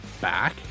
back